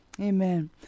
Amen